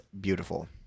beautiful